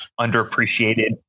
underappreciated